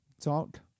talk